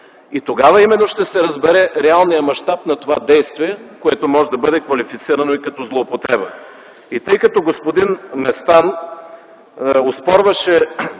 И тогава именно ще се разбере реалния мащаб на това действие, което може да бъде квалифицирано и като злоупотреба.